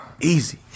Easy